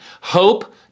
Hope